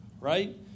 right